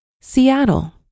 Seattle